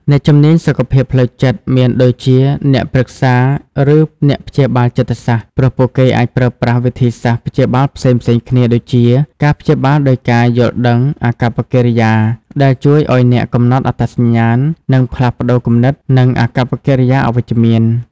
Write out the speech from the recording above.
អ្នកជំនាញសុខភាពផ្លូវចិត្ត មានដូចជាអ្នកប្រឹក្សាឬអ្នកព្យាបាលចិត្តសាស្ត្រ ព្រោះពួកគេអាចប្រើប្រាស់វិធីសាស្រ្តព្យាបាលផ្សេងៗគ្នា ដូចជា ការព្យាបាលដោយការយល់ដឹង-អាកប្បកិរិយា ដែលជួយឱ្យអ្នកកំណត់អត្តសញ្ញាណ និងផ្លាស់ប្តូរគំនិត និងអាកប្បកិរិយាអវិជ្ជមាន។